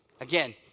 Again